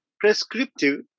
prescriptive